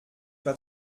pas